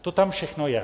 To tam všechno je.